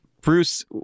Bruce